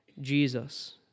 Jesus